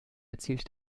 erzielte